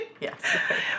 Yes